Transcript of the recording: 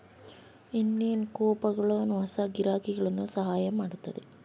ಇನ್ನೇನ್ ಕೂಪನ್ಗಳು ಹೊಸ ಗಿರಾಕಿಗಳನ್ನು ಸಹಾಯ ಮಾಡುತ್ತದೆ